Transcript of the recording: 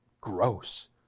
gross